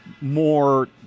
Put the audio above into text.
more